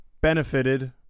benefited